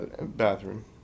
bathroom